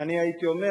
אני הייתי אומר